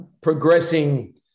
progressing